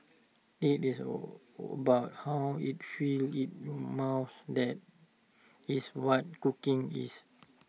IT is about how IT feels in your mouth that is what cooking is